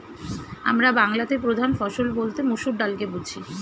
আমরা বাংলাতে প্রধান ফসল বলতে মসুর ডালকে বুঝি